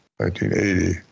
1980